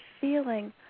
feeling